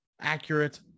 accurate